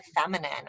feminine